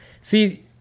See